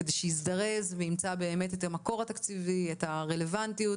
כדי שיזדרז וימצא את המקור התקציבי ואת הרלוונטיות,